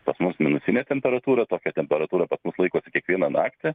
pas mus minusinė temperatūra tokia temperatūra pas mus laikosi kiekvieną naktį